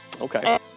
Okay